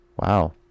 Wow